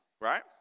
right